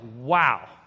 wow